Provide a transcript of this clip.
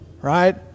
right